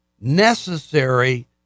necessary